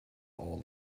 all